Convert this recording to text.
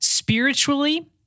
spiritually